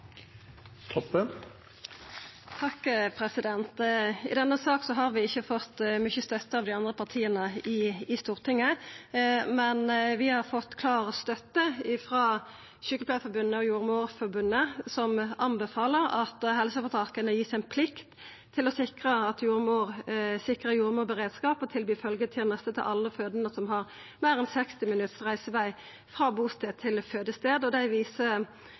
I denne saka har vi ikkje fått mykje støtte av dei andre partia i Stortinget, men vi har fått klar støtte frå Sykepleierforbundet og Jordmorforbundet, som tilrår at helseføretaka vert gitt ei plikt til å sikra jordmorberedskap og tilby følgjeteneste til alle fødande som har meir enn 60 minutts reiseveg frå bustad til fødestad. Dei viser